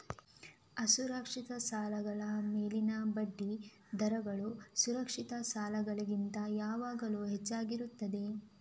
ಅಸುರಕ್ಷಿತ ಸಾಲಗಳ ಮೇಲಿನ ಬಡ್ಡಿ ದರಗಳು ಸುರಕ್ಷಿತ ಸಾಲಗಳಿಗಿಂತ ಯಾವಾಗಲೂ ಹೆಚ್ಚಾಗಿರುತ್ತದೆ